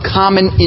common